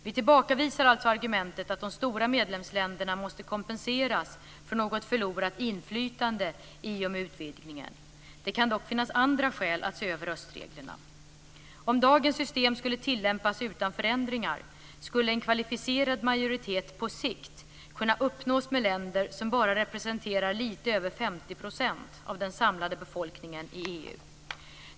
Vi tillbakavisar alltså argumentet att de stora medlemsländerna måste kompenseras för något förlorat inflytande i och med utvidgningen. Det kan dock finnas andra skäl att se över röstreglerna. Om dagens system skulle tillämpas utan förändringar skulle en kvalificerad majoritet på sikt kunna uppnås med länder som bara representerar lite över 50 % av den samlade befolkningen i EU.